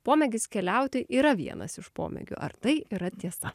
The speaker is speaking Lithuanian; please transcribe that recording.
pomėgis keliauti yra vienas iš pomėgių ar tai yra tiesa